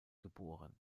geboren